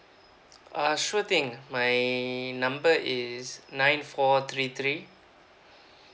uh sure thing my number is nine four three three